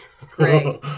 Great